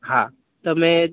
હા તો મેં